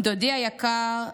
דודי היקר,